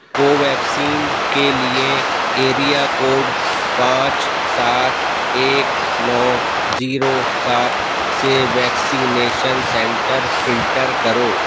کوویکسین کے لیے area code پانچ سات ایک نو زیرو سات سے ویکسینیشن سنٹر فلٹر کرو